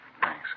Thanks